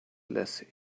less